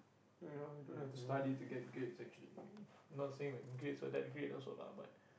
you know you don't have to study to get grades actually not saying grades were that great also lah